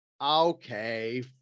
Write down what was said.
Okay